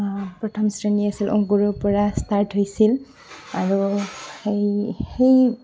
প্ৰথম শ্ৰেণী আছিল অংকুৰৰ পৰা ষ্টাৰ্ট হৈছিল আৰু সেই সেই